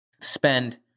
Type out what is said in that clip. spend